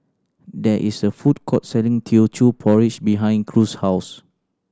there is a food court selling Teochew Porridge behind Cruz's house